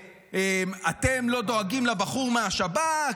ואנחנו בולשביקים: אתם לא דואגים לבחור מהשב"כ,